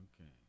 Okay